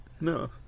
No